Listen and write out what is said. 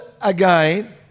Again